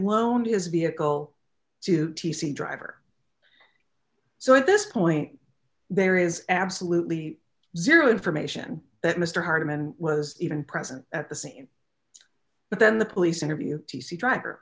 loaned his vehicle to t c driver so at this point there is absolutely zero information that mr hardiman was even present at the scene but then the police interview t c driver